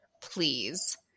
Please